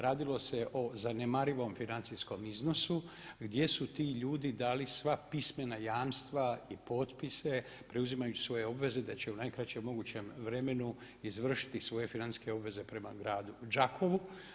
Radilo se o zanemarivom financijskom iznosu gdje su ti ljudi dali sva pismena jamstva i potpise preuzimajući svoje obveze da će u najkraćem mogućem vremenu izvršiti svoje financijske obveze prema gradu Đakovu.